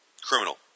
Criminal